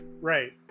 Right